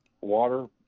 water